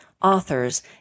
authors